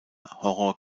horror